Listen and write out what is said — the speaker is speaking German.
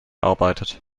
arbeitet